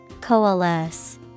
Coalesce